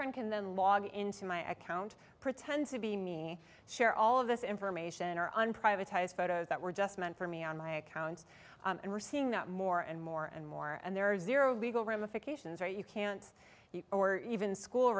friend can then log into my account pretend to be me share all of this information are on privatized photos that were just meant for me on my accounts and we're seeing more and more and more and there are zero legal ramifications or you can't even school